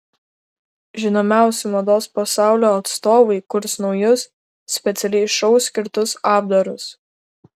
žinomiausi mados pasaulio atstovai kurs naujus specialiai šou skirtus apdarus